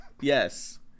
Yes